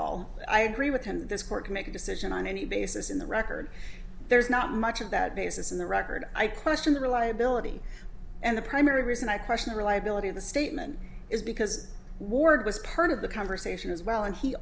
all i agree with him that this court can make a decision on any basis in the record there's not much of that basis in the record i question the reliability and the primary reason i question the reliability of the statement is because ward was part of the conversation as well and he